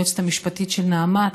היועצת המשפטית של נעמת,